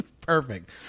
Perfect